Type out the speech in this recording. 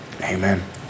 amen